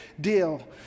deal